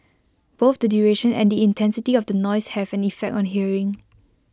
both the duration and the intensity of the noise have an effect on hearing